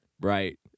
Right